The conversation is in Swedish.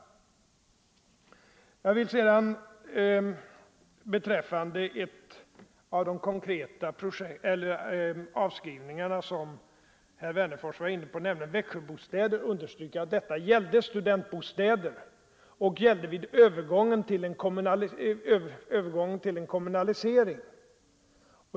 Jag vill beträffande ett av de konkreta avskrivningsfall som herr Wennerfors var inne på, nämligen Växjöbostäder, understryka att detta gällde studentbostäder vid övergång i kommunal ägo.